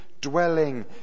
dwelling